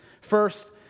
first